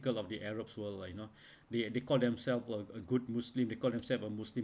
~critical of the arabs' world lah you know they they call themselves uh a good muslim they call himself a muslim